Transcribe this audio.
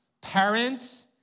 parent